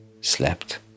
slept